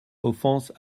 offense